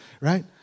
right